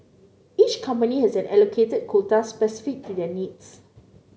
each company has an allocated quota specific to their needs